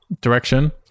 direction